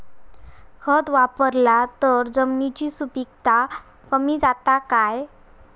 खत वापरला तर जमिनीची सुपीकता कमी जाता काय?